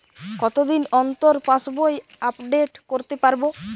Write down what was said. কতদিন অন্তর পাশবই আপডেট করতে পারব?